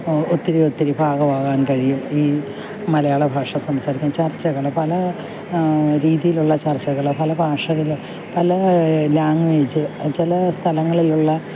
ഒത്തിരി ഒത്തിരി ഭാഗം ആവാന് കഴിയും ഈ മലയാളഭാഷ സംസാരിക്കാന് ചര്ച്ചകൾ പല രീതിയിലുള്ള ചര്ച്ചകൾ പല ഭാഷയിൽ പല ലാംഗ്വേജ് ചില സ്ഥലങ്ങളിലുള്ള